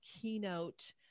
keynote